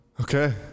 Okay